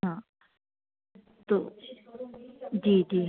हाँ तो जी जी